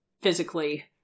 physically